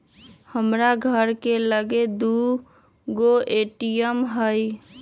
हमर घर के लगे दू गो ए.टी.एम हइ